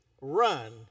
run